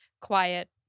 quiet